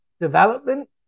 development